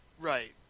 Right